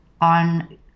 on